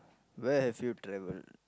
where have you travel